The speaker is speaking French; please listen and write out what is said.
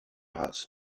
race